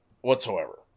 whatsoever